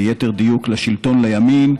ליתר דיוק לשלטון הימין,